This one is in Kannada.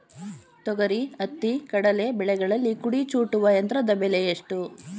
ತೊಗರಿ, ಹತ್ತಿ, ಕಡಲೆ ಬೆಳೆಗಳಲ್ಲಿ ಕುಡಿ ಚೂಟುವ ಯಂತ್ರದ ಬೆಲೆ ಎಷ್ಟು?